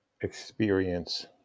experience